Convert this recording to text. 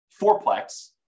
fourplex